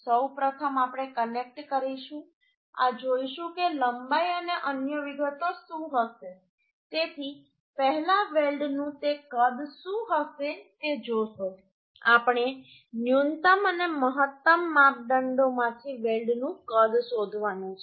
સૌપ્રથમ આપણે કનેક્ટ કરીશું આ જોઈશું કે લંબાઈ અને અન્ય વિગતો શું હશે તેથી પહેલા વેલ્ડનું તે કદ શું હશે તે જોશે આપણે ન્યૂનતમ અને મહત્તમ માપદંડોમાંથી વેલ્ડનું કદ શોધવાનું છે